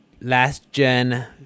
last-gen